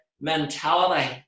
mentality